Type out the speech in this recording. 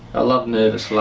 ah love nervous